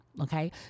okay